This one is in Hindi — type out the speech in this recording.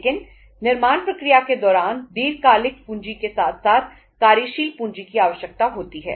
लेकिन निर्माण प्रक्रिया के दौरान दीर्घकालिक पूंजी के साथ साथ कार्यशील पूंजी की आवश्यकता होती है